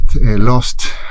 lost